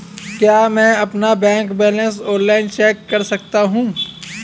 क्या मैं अपना बैंक बैलेंस ऑनलाइन चेक कर सकता हूँ?